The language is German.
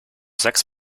sechs